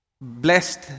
blessed